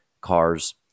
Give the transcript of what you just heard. cars